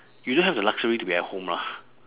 you don't have the luxury to be at home lah